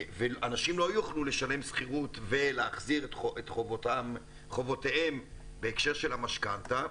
ואנשים לא יוכלו לשלם שכירות ולהחזיר את חובותיהם בהקשר של המשכנתא,